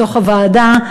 בתוך הוועדה,